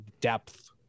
depth